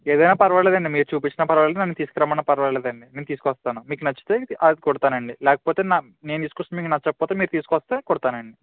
ఏదైనా పర్వాలేదండి మీరు చూపించిన పర్లేదు నన్ను తీసుకుని రమ్మన్నా పర్వాలేదండి నేను తీసుకొస్తాను మీకు నచ్చితే అది కుడతానండి లేకపోతే నేను తీసుకొచ్చింది మీకు నచ్చకపోతే మీరు తీసుకొస్తే కుడతానండీ